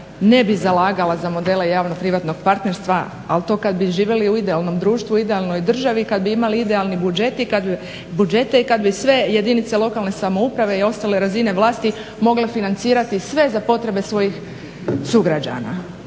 ne bi zalagala za modele javno-privatno partnerstvo, ali to kad bi živjeli u idealnom društvu, idealnoj državi, i kad bi imali idealni budžet, budžete i kad bi sve jedinice lokalne samouprave i ostale razine vlasti mogle financirati sve za potrebe svojih sugrađana.